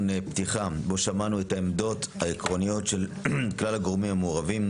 פתיחה בו שמענו את העמדות העקרוניות של כלל הגורמים המעורבים,